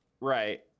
right